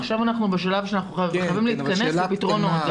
עכשיו אנחנו בשלב שאנחנו חייבים להתכנס לפתרונות.